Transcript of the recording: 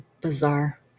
bizarre